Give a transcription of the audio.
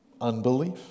unbelief